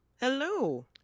Hello